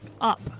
up